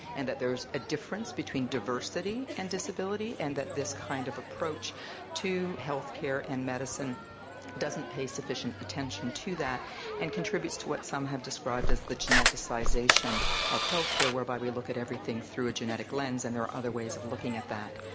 and that there is a difference between diversity and disability and that this kind of approach to healthcare and medicine doesn't pay sufficient attention to that and contributes to what some have described as the geneticisation of healthcare whereby we look at everything through a genetic lens, and there are other ways of looking at that.